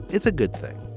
it's a good thing